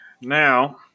Now